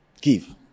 Give